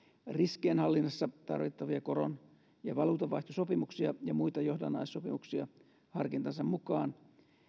riskienhallinnassa tarvittavia koron ja valuutanvaihtosopimuksia ja muita johdannaissopimuksia harkintansa mukaan